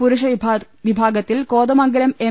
പുരുഷ വിഭാഗത്തിൽ കോതമംഗലം എം